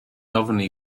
ofni